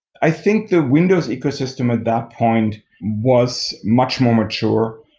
i think the windows ecosystem at that point was much more mature.